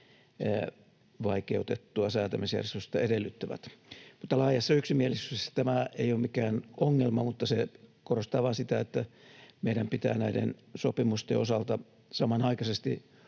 vaikeutettua säätämisjärjestystä edellyttävät. Laajassa yksimielisyydessä tämä ei ole mikään ongelma, mutta se korostaa vaan sitä, että meidän pitää näiden sopimusten osalta samanaikaisesti